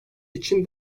için